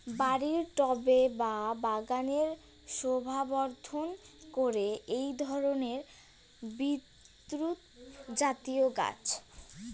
বাড়ির টবে বা বাগানের শোভাবর্ধন করে এই ধরণের বিরুৎজাতীয় গাছ